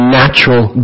natural